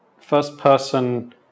first-person